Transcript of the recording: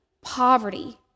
poverty